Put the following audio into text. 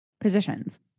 positions